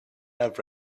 have